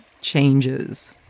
changes